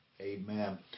Amen